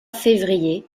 février